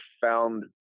found